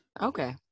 okay